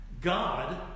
God